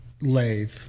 lathe